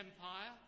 empire